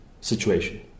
situation